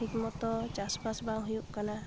ᱴᱷᱤᱠ ᱢᱚᱛᱚ ᱪᱟᱥ ᱵᱟᱥ ᱵᱟᱝ ᱦᱩᱭᱩᱜ ᱠᱟᱱᱟ